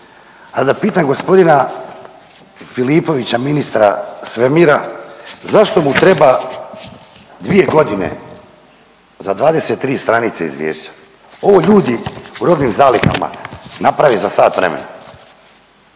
a da pitam g. Filipovića ministra svemira, zašto mu treba 2.g. za 23 stranice izvješća? Ovo ljudi u robnim zalihama naprave za sat vremena,